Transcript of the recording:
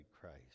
Christ